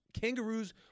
Kangaroos